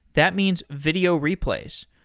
that means video replays.